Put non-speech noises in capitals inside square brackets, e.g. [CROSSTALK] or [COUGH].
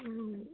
[UNINTELLIGIBLE]